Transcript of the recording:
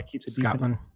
Scotland